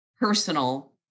personal